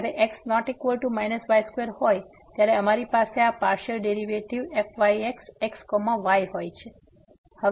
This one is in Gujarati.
તેથી જ્યારે x≠ y2 હોય ત્યારે અમારી પાસે આ પાર્સીઅલ ડેરિવેટિવ fyxxy હોય છે